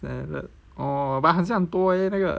orh salad but 好像很多那个